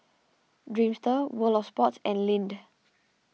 Dreamster World of Sports and Lindt